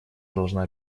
должна